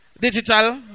digital